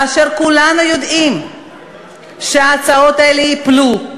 כאשר כולנו יודעים שההצעות האלה ייפלו.